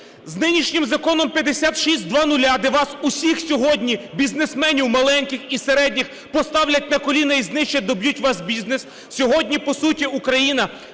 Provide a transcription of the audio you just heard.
з нинішнім законом 5600, де вас усіх сьогодні, бізнесменів маленьких і середніх, поставлять на коліна і знищать, доб'ють ваш бізнес, сьогодні по суті Україна